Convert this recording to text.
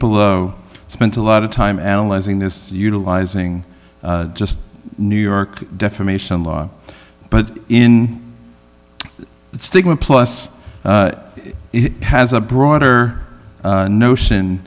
below spent a lot of time analyzing this utilizing just new york defamation law but in stigma plus he has a broader notion